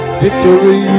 victory